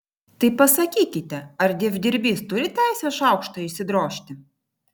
tai pasakykite ar dievdirbys turi teisę šaukštą išsidrožti